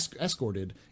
escorted